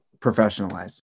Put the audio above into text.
professionalize